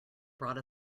brought